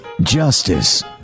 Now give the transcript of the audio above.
Justice